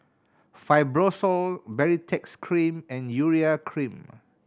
Fibrosol Baritex Cream and Urea Cream